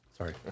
Sorry